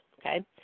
okay